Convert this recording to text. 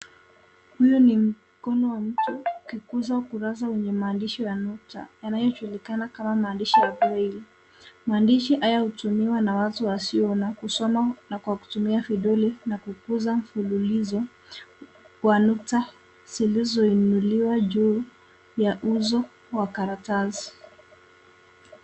Huyu ni mkono wa mtu ukiguza kurasa wenye maandishi ya nukta yanayojulikana kama maandishi ya braille .Maandishi haya hutumiwa na watu wasioona kusoma na kutumia vidole na kuguza mfululizo wa nukta zilizoinuliwa juu ya uso wa karatasi.